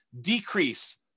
decrease